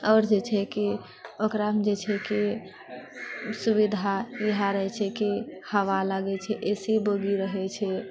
आओर जे छै कि ओकरामे जे छै की सुविधा इएह रहय छै कि हवा लागए छै ए सी बोगी रहए छै